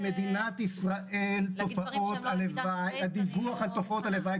במדינת ישראל הדיווח על תופעות הלוואי,